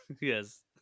yes